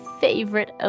favorite